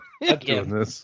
Again